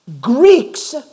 Greeks